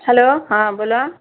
hello हां बोला